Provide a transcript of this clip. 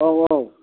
औ औ